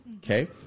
Okay